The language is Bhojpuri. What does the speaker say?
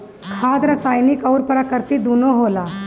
खाद रासायनिक अउर प्राकृतिक दूनो होला